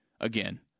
again